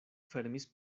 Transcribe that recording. fermis